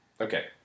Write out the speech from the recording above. Okay